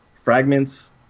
fragments